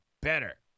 better